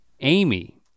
Amy